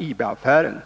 IB-affären.